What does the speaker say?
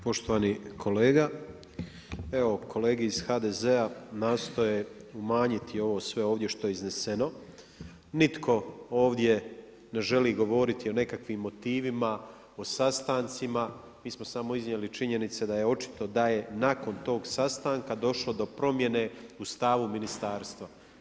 Poštovani kolega, evo kolege iz HDZ-a nastoje umanjiti ovo sve ovdje što je izneseno, nitko ovdje ne želi govoriti o nekakvim motivima, o sastancima, mi smo samo iznijeli činjenice da je očito da je nakon tog sastanka došlo do promjene u stavu ministarstva.